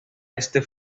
este